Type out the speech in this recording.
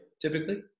typically